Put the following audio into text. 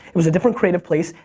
it was a different creative place,